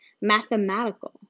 mathematical